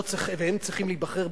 היות שהם צריכים להיבחר,